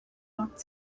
walked